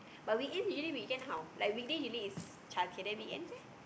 but we aim we usually can how like weekday you lead is chart then weekends leh